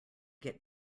get